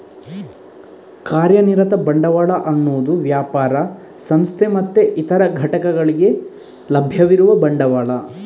ಕಾರ್ಯನಿರತ ಬಂಡವಾಳ ಅನ್ನುದು ವ್ಯಾಪಾರ, ಸಂಸ್ಥೆ ಮತ್ತೆ ಇತರ ಘಟಕಗಳಿಗೆ ಲಭ್ಯವಿರುವ ಬಂಡವಾಳ